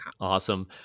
awesome